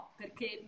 perché